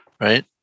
right